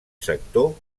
sector